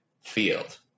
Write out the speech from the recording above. field